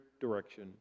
direction